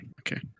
Okay